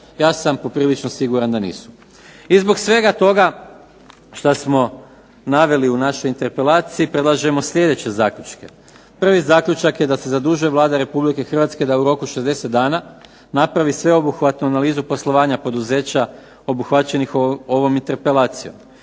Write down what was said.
Ja sam poprilično siguran da nisu. I zbog svega toga šta smo naveli u našoj interpelaciji predlažemo sljedeće zaključke. Prvi zaključak je da se zadužuje Vlada Republike Hrvatske da u roku od 60 dana napravi sveobuhvatnu analizu poslovanja poduzeća obuhvaćenih ovom interpelacijom,